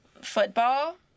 football